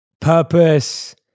purpose